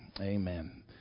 Amen